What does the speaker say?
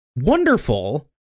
wonderful